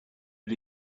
but